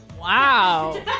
Wow